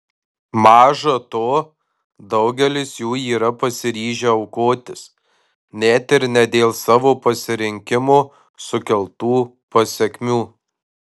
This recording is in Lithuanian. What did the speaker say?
maža to daugelis jų yra pasiryžę aukotis net ir ne dėl savo pasirinkimo sukeltų pasekmių